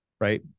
Right